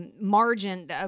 margin